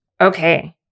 Okay